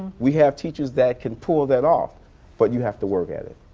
we have teachers that can pull that off but you have to work at it.